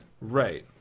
right